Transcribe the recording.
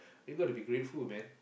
you got to be grateful man